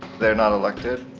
they're not elected,